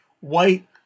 white